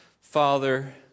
father